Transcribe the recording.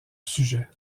sujet